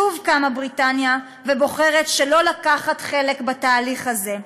שוב קמה בריטניה ובוחרת שלא לקחת חלק בתהליך הזה.